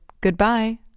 Goodbye